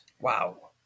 Wow